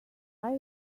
are